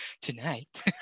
Tonight